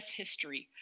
history